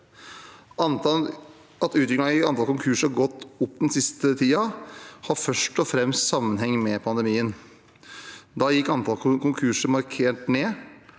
At utviklingen er at antall konkurser har gått opp den siste tiden, har først og fremst sammenheng med pandemien. Da gikk antallet konkurser markert ned,